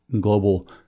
global